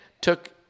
took